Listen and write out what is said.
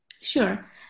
Sure